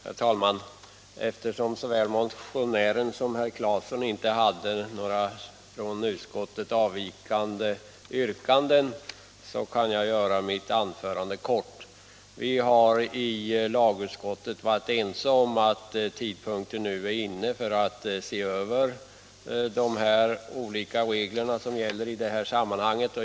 Herr talman! Eftersom varken motionären eller herr Claeson hade några från utskottets avvikande yrkanden kan jag göra detta mitt anförande kort. I lagutskottet har vi varit ense om att tiden nu är inne att se över de regler som gäller på detta område.